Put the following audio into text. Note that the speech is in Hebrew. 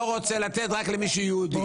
שלא רוצה לתת רק למי שהוא יהודי.